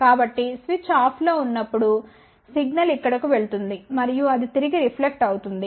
కాబట్టి స్విచ్ ఆఫ్లో ఉన్నప్పుడు సిగ్నల్ ఇక్కడకు వెళుతుంది మరియు అది తిరిగి రిఫ్లెక్ట్ అవుతుంది